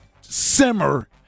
simmer